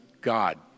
God